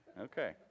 Okay